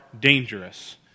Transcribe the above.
dangerous